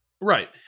Right